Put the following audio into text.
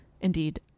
indeed